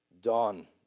Dawn